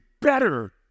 better